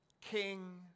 King